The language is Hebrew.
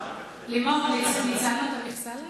לימור, ניצלנו את המכסה להיום?